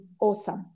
Awesome